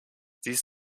dies